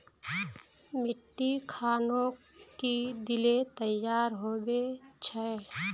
मिट्टी खानोक की दिले तैयार होबे छै?